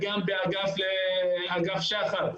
באגף שח"ר.